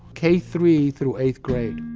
k three through eighth grade.